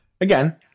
Again